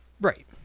Right